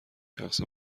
شخص